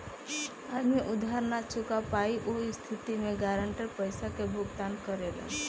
आदमी उधार ना चूका पायी ओह स्थिति में गारंटर पइसा के भुगतान करेलन